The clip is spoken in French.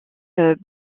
fait